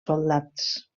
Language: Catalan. soldats